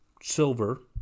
silver